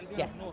yes,